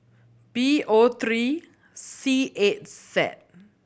B O three C eight Z